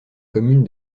commune